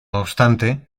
obstante